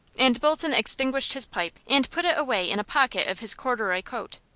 and bolton extinguished his pipe, and put it away in a pocket of his corduroy coat.